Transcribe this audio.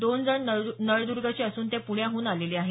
दोन जण नळदूर्गचे असून ते पुण्याहून आलेले आहेत